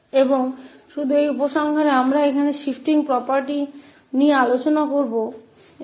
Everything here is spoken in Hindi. और केवल निष्कर्ष निकालने के लिए हमने यहां शिफ्टिंग गुणों पर चर्चा की है